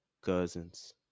cousins